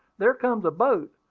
there comes a boat.